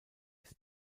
ist